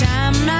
Time